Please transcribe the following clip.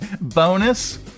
bonus